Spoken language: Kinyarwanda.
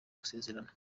gusezerana